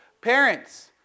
Parents